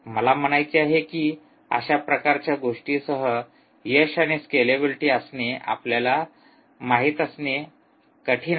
मला म्हणायचे आहे की अशा प्रकारच्या गोष्टीसह यश आणि स्केलेबिलिटी असणे आपल्याला माहित असणे कठीण आहे